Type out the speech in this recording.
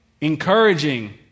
encouraging